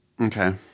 Okay